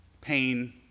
pain